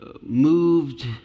moved